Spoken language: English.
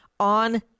On